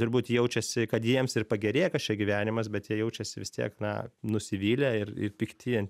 turbūt jaučiasi kad jiems ir pagerėja kažkiek gyvenimas bet jie jaučiasi vis tiek na nusivylę ir ir pikti ant